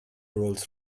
rolls